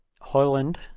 Hoyland